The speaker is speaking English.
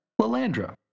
Lalandra